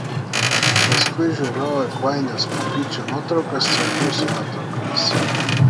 paskui žiūrovai painios pupyčių nuotraukas su jūsų nuotraukomis